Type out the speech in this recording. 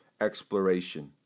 exploration